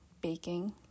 baking